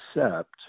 accept